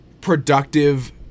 productive